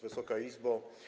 Wysoka Izbo!